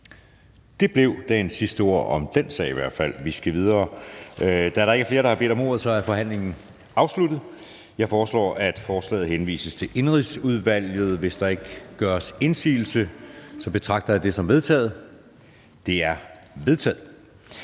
Det blev dagens sidste ord om den sag. Vi skal videre. Da der ikke er flere, der har bedt om ordet, er forhandlingen afsluttet. Jeg foreslår, at forslaget til folketingsbeslutning henvises til Indenrigsudvalget. Hvis der ikke gøres indsigelse, betragter jeg det som vedtaget. Det er vedtaget.